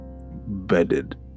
bedded